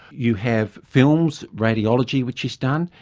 you have films, radiology which is done.